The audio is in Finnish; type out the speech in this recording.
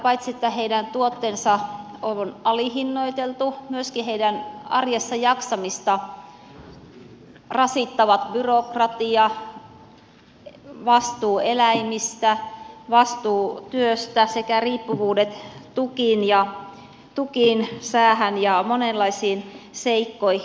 paitsi että maanviljelijöiden tuotteet on alihinnoiteltu myöskin heidän arjessa jaksamistaan rasittavat byrokratia vastuu eläimistä vastuu työstä sekä riippuvuudet tukiin säähän ja monenlaisiin seikkoihin